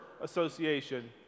association